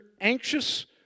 anxious